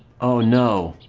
oh no